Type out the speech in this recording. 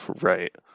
right